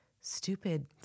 stupid